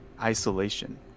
isolation